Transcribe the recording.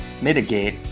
mitigate